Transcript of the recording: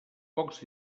pocs